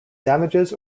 damages